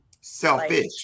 selfish